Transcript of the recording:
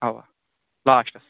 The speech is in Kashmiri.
اَوا لاسٹَس